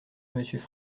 monsieur